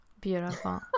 Beautiful